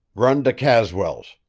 run to caswell's.